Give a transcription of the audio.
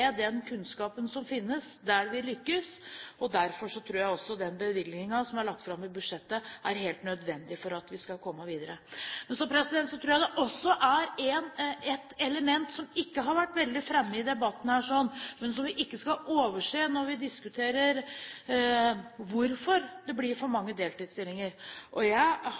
den kunnskapen som finnes der vi lykkes. Derfor tror jeg også den bevilgningen som er lagt fram i budsjettet, er helt nødvendig for at vi skal komme videre. Så tror jeg også det er ett element som ikke har vært veldig framme i debatten her, men som vi ikke skal overse når vi diskuterer hvorfor det blir for mange deltidsstillinger. Jeg